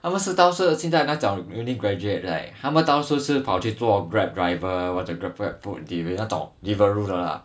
他们是倒是那种 uni graduate right 他们倒数是跑去做 Grab driver 还是 GrabFood delivery 那种 Deliveroo 的 lah